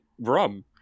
rum